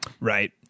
Right